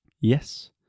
Yes